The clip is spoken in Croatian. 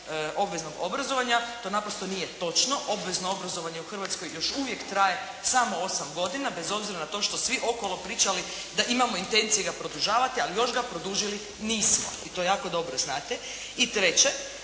obveznog obrazovanja. To naprosto nije točno, obvezno obrazovanje u Hrvatskoj još uvijek traje samo 8 godine, bez obzira na to što svi okolo pričali da imamo intenciju ga produžavati, ali još ga produžili nismo. Vi to jako dobro znate. I treće,